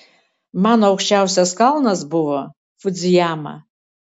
mano aukščiausias kalnas buvo fudzijama